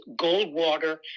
Goldwater